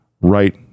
right